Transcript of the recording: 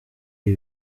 iyi